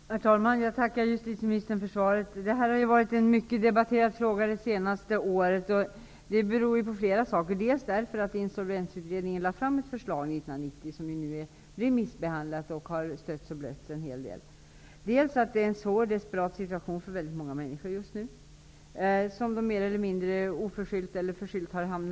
Herr talman! Jag tackar justitieministern för svaret. Den här frågan har debatterats mycket under det senaste året. Det beror på flera saker. För det första lade Insolvensutredningen fram ett förslag 1990. Detta förslag har remissbehandlats och stötts och blötts en hel del. För det andra befinner sig väldigt många människor just nu, mer eller mindre oförskyllt, i en svår och desperat situation.